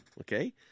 okay